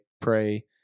pray